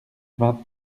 vingt